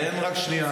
תן רק שנייה.